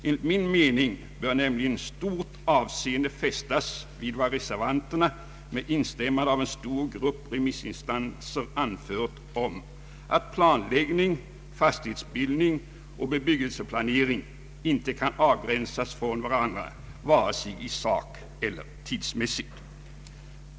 En ligt min mening bör nämligen stort avseende fästas vid vad reservanterna med instämmande av en stor grupp remissinstanser anfört om att planläggning, fastighetsbildning och bebyggelseprojektering inte kan avgränsas från varandra vare sig i sak eller tidsmässigt.